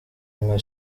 nka